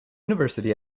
university